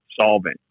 solving